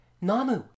NAMU